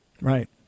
Right